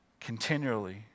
continually